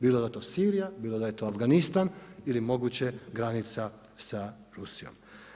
Bilo da je to Sirija, bilo da je to Afganistan ili moguće granica sa Rusijom.